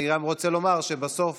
אני גם רוצה לומר שבסוף